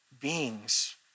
beings